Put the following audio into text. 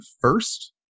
first